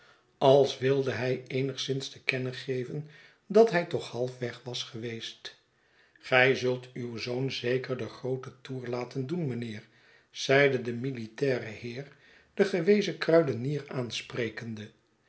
als wilde hij eenigszins te kennen geven dat hij toch halfweg was geweest gij zult uw zoon zeker den grooten toer laten doen mynheer zeide de militaire heer den gewezen kruidenier aansprekende